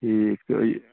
ٹھیٖک تہٕ یہِ